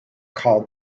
called